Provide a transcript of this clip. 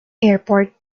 airport